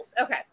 Okay